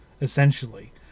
essentially